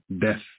death